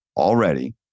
already